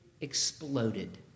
exploded